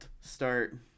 start